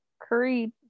curry